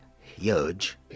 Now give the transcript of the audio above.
Huge